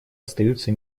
остаются